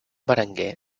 berenguer